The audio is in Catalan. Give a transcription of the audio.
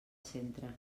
centre